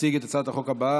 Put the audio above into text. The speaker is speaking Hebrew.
תציג את הצעת החוק הבאה,